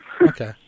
Okay